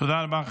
תודה רבה.